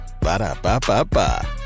Ba-da-ba-ba-ba